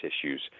issues